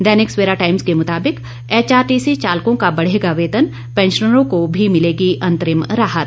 दैनिक Savera Times के मुताबिक HRTC चालकों का बढ़ेगा वेतन पैंशनरों को भी मिलेगी अंतरिम राहत